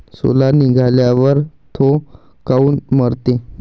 सोला निघाल्यावर थो काऊन मरते?